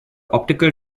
optical